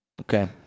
Okay